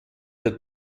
der